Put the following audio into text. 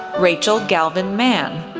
rachel galvin mann,